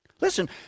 Listen